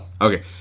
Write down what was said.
Okay